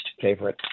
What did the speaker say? favorite